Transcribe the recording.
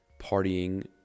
partying